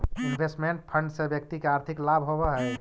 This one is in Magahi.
इन्वेस्टमेंट फंड से व्यक्ति के आर्थिक लाभ होवऽ हई